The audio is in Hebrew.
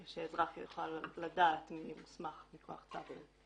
שאזרח יוכל לדעת מי מוסמך מכוח צו.